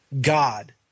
God